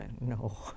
no